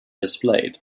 displayed